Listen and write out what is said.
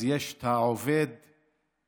אז יש את העובד הרגיל,